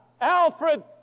Alfred